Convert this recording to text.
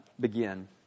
begin